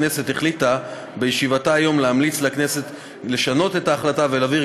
ועדת הכנסת החליטה בישיבתה היום להמליץ לכנסת לשנות את ההחלטה ולהעביר